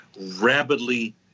rapidly